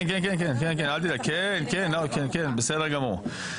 כן, בסדר גמור.